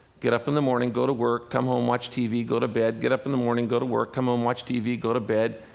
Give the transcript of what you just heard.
get up in the morning, go to work, come home and watch tv, go to bed, get up in the morning, go to work, come home, watch tv, go to bed,